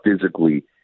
physically